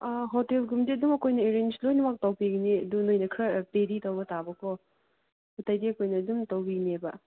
ꯍꯣꯇꯦꯜꯒꯨꯝꯕꯗꯤ ꯑꯗꯨꯝ ꯑꯩꯈꯣꯏꯅ ꯑꯦꯔꯦꯟꯖ ꯂꯣꯏꯅꯃꯛ ꯇꯧꯕꯤꯒꯅꯤ ꯑꯗꯨ ꯅꯣꯏꯅ ꯈꯔ ꯄꯦꯗꯤ ꯇꯧꯕ ꯇꯥꯕꯀꯣ ꯑꯇꯩꯗꯤ ꯑꯩꯈꯣꯏꯅ ꯑꯗꯨꯝ ꯇꯧꯕꯤꯅꯦꯕ